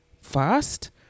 first